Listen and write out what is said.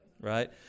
right